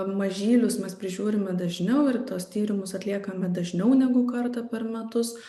mažylius mes prižiūrime dažniau ir tuos tyrimus atliekame dažniau negu kartą per metus